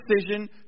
decision